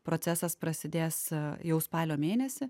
procesas prasidės jau spalio mėnesį